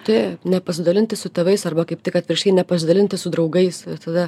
taip nepasidalinti su tėvais arba kaip tik atvirkščiai nepasidalinti su draugais ir tada